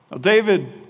David